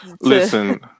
Listen